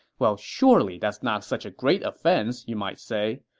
well, surely that's not such a great offense, you might say.